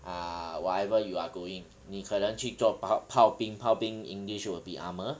ah whatever you are doing 你可能去做炮炮兵炮兵 english will be armour